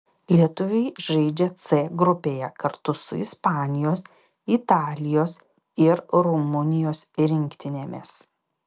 lietuviai žaidžia c grupėje kartu su ispanijos italijos ir rumunijos rinktinėmis